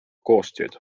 koostööd